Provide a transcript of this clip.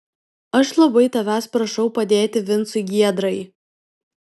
aš labai tavęs prašau padėti vincui giedrai